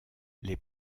les